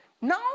Now